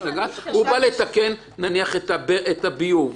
הוא בא לתקן את הביוב,